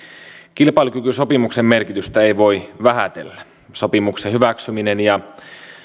kilpailukykysopimuksen merkitystä ei voi vähätellä sopimuksen hyväksyminen ja